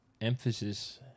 emphasis